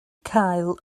cael